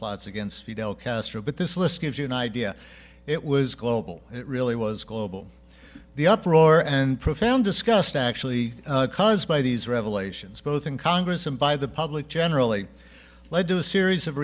plots against fidel castro but this list gives you an idea it was global it really was global the uproar and profound discussed actually caused by these revelations both in congress and by the public generally led to a series of